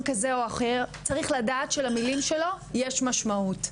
כזה או אחר צריך לדעת שלמילים שלו יש משמעות.